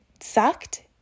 sucked